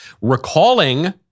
recalling